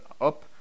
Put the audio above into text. up